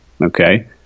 okay